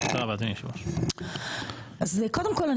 קודם כל,